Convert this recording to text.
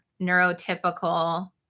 neurotypical